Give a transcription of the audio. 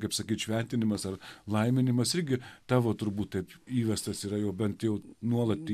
kaip sakyti šventinimas ar laiminimas irgi tavo turbūt taip įvestas yra jau bent jau nuolat